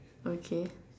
okay